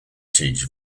teach